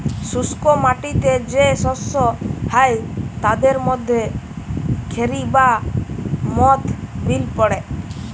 শুস্ক মাটিতে যে শস্য হ্যয় তাদের মধ্যে খেরি বা মথ বিল পড়ে